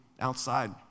outside